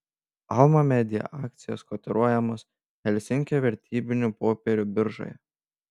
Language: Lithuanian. alma media akcijos kotiruojamos helsinkio vertybinių popierių biržoje